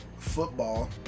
Football